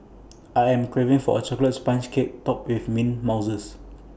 I am craving for A Chocolate Sponge Cake Topped with mint mouses